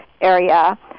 area